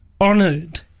honoured